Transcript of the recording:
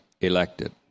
elected